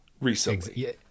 recently